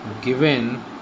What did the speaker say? given